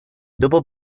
dopo